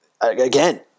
again